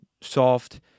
soft